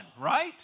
right